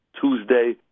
Tuesday